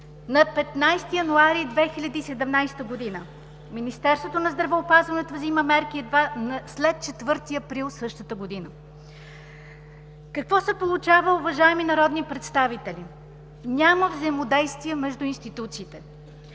на 15 януари 2017 г., а Министерството на здравеопазването взима мерки едва след 4 април същата година. Какво се получава, уважаеми народни представители? Няма взаимодействие между институциите,